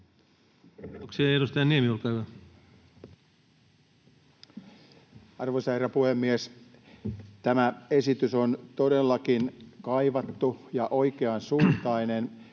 muuttamisesta Time: 17:08 Content: Arvoisa herra puhemies! Tämä esitys on todellakin kaivattu ja oikeansuuntainen,